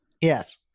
Yes